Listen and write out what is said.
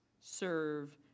serve